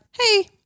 hey